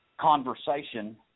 conversation